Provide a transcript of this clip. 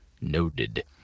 Noted